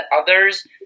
others